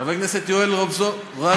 חבר הכנסת יואל רזבוזוב,